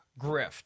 grift